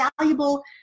valuable